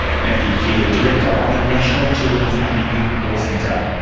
matthew keeley, director of the national children's and youth law centre.